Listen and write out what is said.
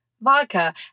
vodka